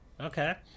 Okay